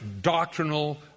doctrinal